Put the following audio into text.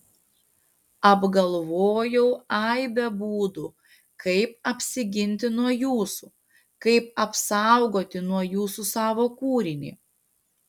apgalvojau aibę būdų kaip apsiginti nuo jūsų kaip apsaugoti nuo jūsų savo kūrinį